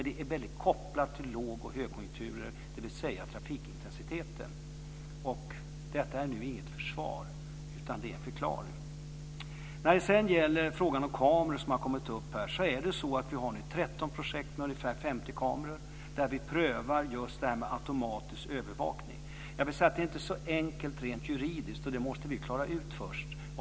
Detta är kopplat till låg och högkonjunkturer, dvs. trafikintensiteten. Detta är inget försvar, utan en förklaring. När det sedan gäller frågan om kameror som har kommit upp här så har vi 13 projekt med ungefär 50 kameror där vi prövar just det här med automatisk övervakning. Detta är inte så enkelt rent juridiskt, och det måste vi klara ut först.